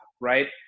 right